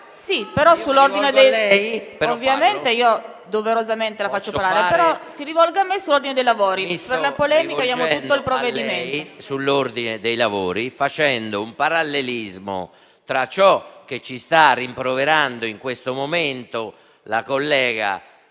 a lei sull'ordine dei lavori, facendo un parallelismo tra ciò che ci sta rimproverando in questo momento la collega